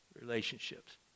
Relationships